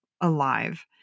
alive